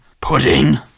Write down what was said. pudding